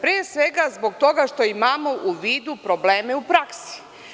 Pre svega zbog toga što imamo u vidu probleme u praksi.